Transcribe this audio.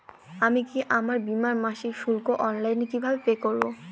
আমি কি আমার বীমার মাসিক শুল্ক অনলাইনে কিভাবে পে করব?